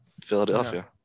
Philadelphia